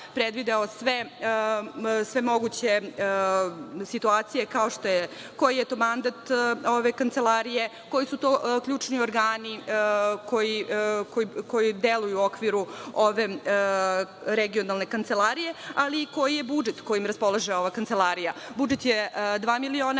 sve moguće situacije, kao što je koji je to mandat ove kancelarije, koji su to ključni organi koji deluju u okviru ove regionalne kancelarije, ali i koji je budžet kojim raspolaže ova kancelarija. Budžet je dva miliona